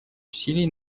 усилий